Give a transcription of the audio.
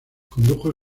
condujo